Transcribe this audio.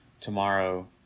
tomorrow